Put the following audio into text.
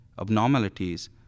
abnormalities